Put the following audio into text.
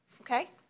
Okay